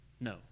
no